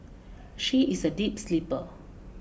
she is a deep sleeper